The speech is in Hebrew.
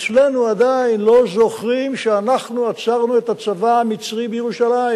אצלנו עדיין לא זוכרים שאנחנו עצרנו את הצבא המצרי בירושלים,